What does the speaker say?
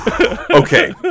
Okay